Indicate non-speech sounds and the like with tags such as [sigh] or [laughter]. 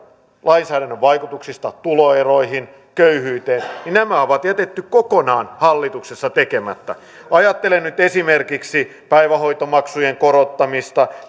lainsäädännön vaikutuksista tuloeroihin köyhyyteen niin nämä on jätetty kokonaan hallituksessa tekemättä ajattelen nyt esimerkiksi päivähoitomaksujen korottamista [unintelligible]